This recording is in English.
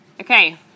Okay